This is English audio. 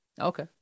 okay